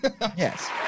Yes